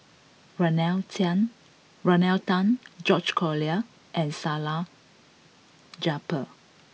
Rodney Tan George Collyer and Salleh Japar